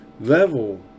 level